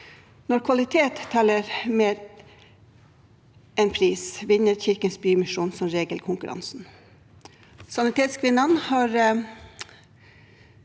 Når kvalitet teller mer enn pris, vinner Kirkens Bymisjon som regel konkurransen. Sanitetskvinnene er